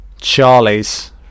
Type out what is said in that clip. Charlie's